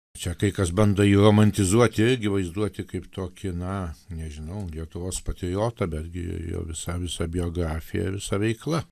čia kai kas bando jį romantizuoti irgi vaizduoti kaip tokį na nežinau lietuvos patriotą bet gi jo visa visa biografija visa veikla